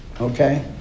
okay